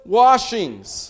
washings